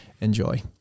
enjoy